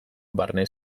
barne